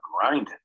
grinding